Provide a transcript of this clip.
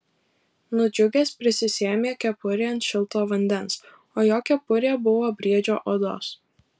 nudžiugęs prisisėmė kepurėn šito vandens o jo kepurė buvo briedžio odos